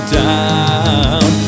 down